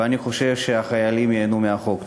אני חושב שהחיילים ייהנו מהחוק.